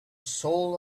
soul